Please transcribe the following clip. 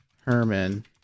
Herman